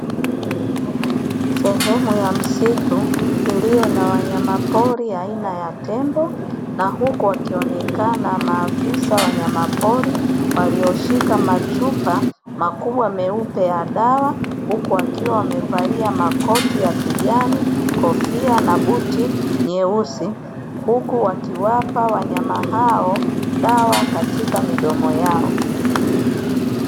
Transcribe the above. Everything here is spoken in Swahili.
Sehemu ya msitu iliyo na wanyama pori aina ya tembo na huku wakionekana maafisa wanyama pori walioshika machupa makubwa meupe ya dawa. Huku wakiwa wamevalia makoti ya kijani, kofia na buti nyeusi huku wakiwapa wanyama hao dawa katika midomo hao.